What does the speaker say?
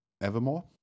Evermore